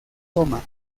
toma